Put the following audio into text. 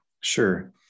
Sure